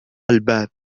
الباب